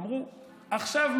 אמרו: עכשיו,